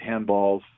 handballs